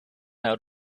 out